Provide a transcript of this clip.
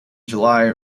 july